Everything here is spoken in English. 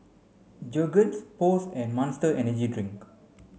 Jergens Post and Monster Energy Drink